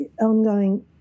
ongoing